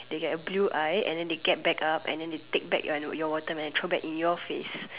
they get blue eye and then they get back up the and then they take back the watermelon and throw in your face